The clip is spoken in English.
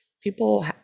people